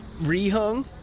re-hung